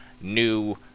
new